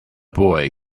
boy